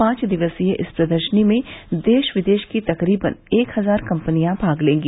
पांच दिवसीय इस प्रदर्शनी में देश विदेश की तकरीबन एक हजार कम्पनियां भाग लेंगी